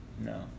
No